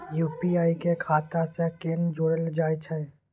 UPI के खाता सं केना जोरल जाए छै?